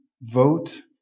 vote